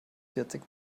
vierzig